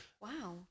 Wow